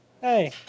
Hey